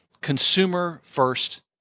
consumer-first